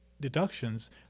deductions